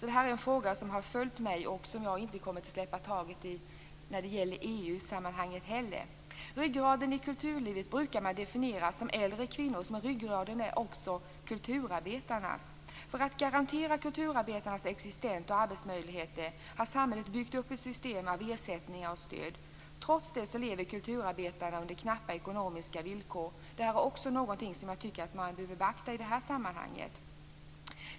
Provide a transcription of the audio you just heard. Detta är en fråga som har följt mig, och jag kommer inte att släppa taget om den i EU-sammanhang. Ryggraden i kulturlivet brukar definieras som äldre kvinnor. Men ryggraden är också kulturarbetarna. För att garantera kulturarbetarnas existens och arbetsmöjligheter har samhället byggt upp ett system av ersättningar och stöd. Trots det lever kulturarbetarna under knappa ekonomiska villkor. Det är också något man bör beakta i sammanhanget.